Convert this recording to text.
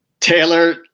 Taylor